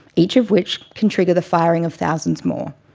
each of which can trigger the firing of thousands more.